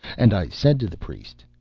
and i said to the priest,